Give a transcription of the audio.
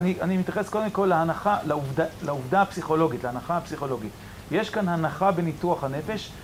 אני מתייחס קודם כל להנחה, לעובדה הפסיכולוגית, להנחה הפסיכולוגית. יש כאן הנחה בניתוח הנפש.